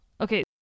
okay